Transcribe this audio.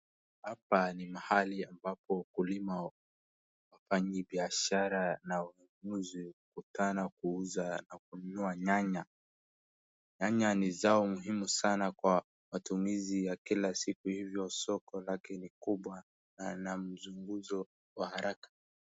Hapa ni mahali ambapo wakulima, wafanyibiashara na wanunuzi hukutana kuuza na kununua nyanya, nyanya ni zao muhimu sana kwa matumizi ya kila siku hivyo soko lake ni kubwa na mazungumzo wa haraka.